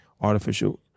artificial